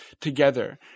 together